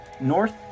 North